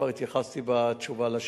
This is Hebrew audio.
כבר התייחסתי בתשובה על השאילתא.